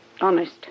Honest